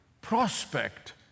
prospect